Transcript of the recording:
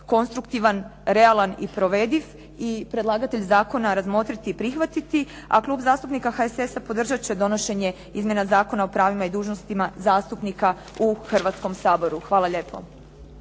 konstruktivan, realan i provediv i predlagatelj zakona razmotriti i prihvatiti. A Klub zastupnika HSS-a podržati će donošenje Izmjena zakona o pravima i dužnostima zastupnika u Hrvatskom saboru. Hvala lijepo.